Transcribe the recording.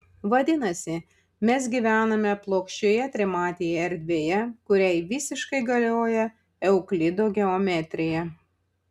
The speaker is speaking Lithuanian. vadinasi mes gyvename plokščioje trimatėje erdvėje kuriai visiškai galioja euklido geometrija